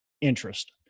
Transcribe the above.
interest